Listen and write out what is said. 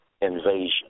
invasion